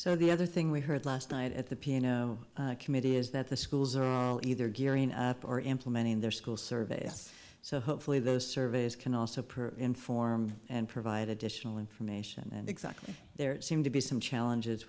so the other thing we heard last night at the piano committee is that the schools are either gearing up or implementing their school service so hopefully those surveys can also per inform and provide additional information and exactly there seem to be some challenges